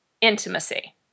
intimacy